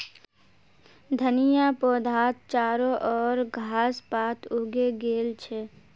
धनिया पौधात चारो ओर घास पात उगे गेल छ